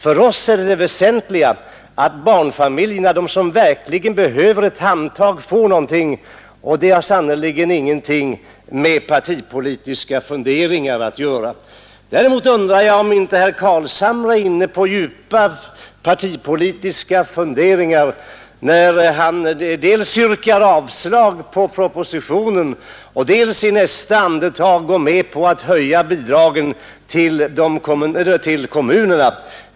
För oss är det väsentliga att barnfamiljerna, de som verkligen behöver ett handtag, får någonting, och det har sannerligen ingenting med partipolitiska funderingar att göra. Däremot undrar jag om inte herr Carlshamre är inne på djupa partipolitiska funderingar när han dels yrkar avslag på propositionen, dels i nästa andetag går med på att höja bidragen till kommunerna.